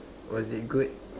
was it good